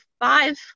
five